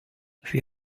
sie